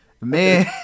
man